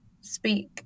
speak